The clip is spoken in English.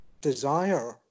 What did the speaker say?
desire